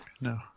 No